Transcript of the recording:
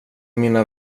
mina